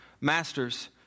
Masters